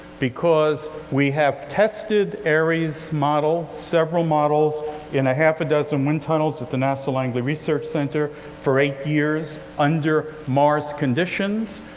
because we have tested ares model, several models in a half a dozen wind tunnels at the nasa langley research center for eight years, under mars conditions.